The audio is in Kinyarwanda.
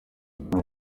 bwana